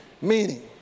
meaning